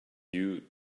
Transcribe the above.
you